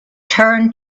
turned